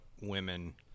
women